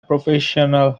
professional